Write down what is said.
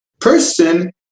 person